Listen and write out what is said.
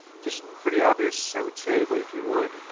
just pretty obvious, i would say, but if you would,